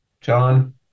John